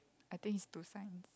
I think is two signs